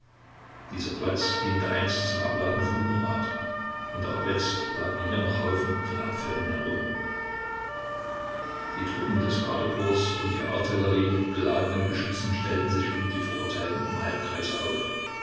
dieser platz diente einst zum abladen von unrat und auch jetzt lagen hier noch haufen von abfällen herum die truppen des gardekorps und die artillerie mit geladenen geschützen stellten sich um die verurteilten im halbkreise auf